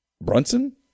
Brunson